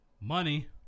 Money